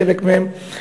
חלק מהם,